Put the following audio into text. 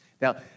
Now